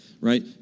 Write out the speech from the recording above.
right